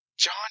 John